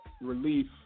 relief